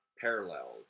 parallels